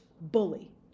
bully